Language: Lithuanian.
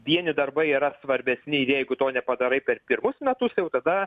vieni darbai yra svarbesni ir jeigu to nepadarai per pirmus metus jau tada